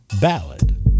ballad